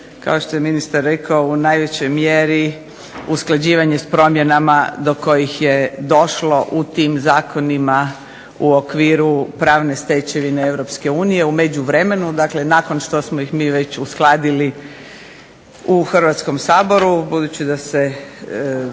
kao što je ministar rekao, u najvećoj mjeri usklađivanje s promjenama do kojih je došlo u tim zakonima u okviru pravne stečevine Europske unije, u međuvremenu, dakle nakon što smo ih već uskladili u Hrvatskom saboru, budući da se